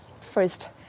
First